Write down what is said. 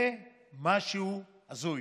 זה משהו הזוי.